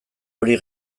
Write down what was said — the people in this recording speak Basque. hori